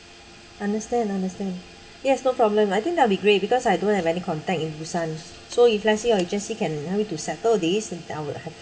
understand understand yes no problem I think that'll be great because I don't have any contact in busan so if let's say your agency can help me to settle this then I will have